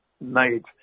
made